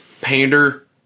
pander